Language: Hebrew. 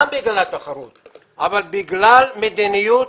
גם בגלל התחרות אבל בגלל מדיניות